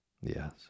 Yes